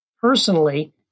personally